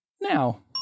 now